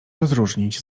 rozróżnić